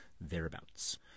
thereabouts